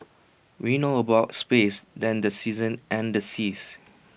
we know more about space than the seasons and the seas